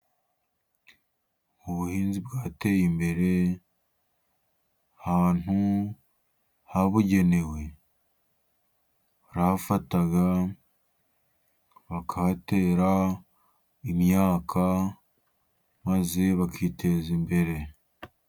Mu buhinzi bwateye imbere ahantu habugenewe hafataga bakahatera imyaka maze bakiteza imbere.